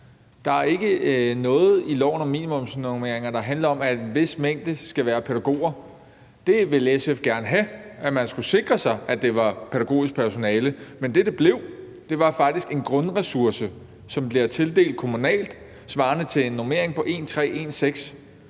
Der er ikke noget i loven om minimumsnormeringer, der handler om, at en vis mængde skal være til pædagoger. Der ville SF gerne have, at man skulle sikre sig, at det var til pædagogisk personale. Men det, som det blev til, var faktisk en grundressource, som bliver tildelt kommunalt, svarende til en normering på